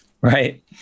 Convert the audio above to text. right